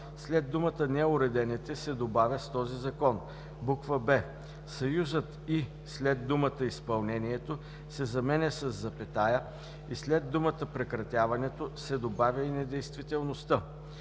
след думата „неуредените“ се добавя „с този закон“. б) съюзът „и“ след думата „изпълнението“ се заменя със запетая и след думата „прекратяването“ се добавя „и недействителността“.